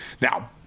Now